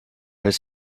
his